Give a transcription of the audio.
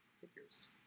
figures